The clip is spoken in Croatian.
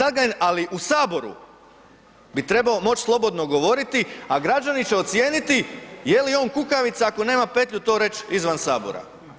Ali u Saboru bi trebao moći slobodno govoriti a građani će ocijeniti je li on kukavica ako nema petlju to reći izvan Sabora.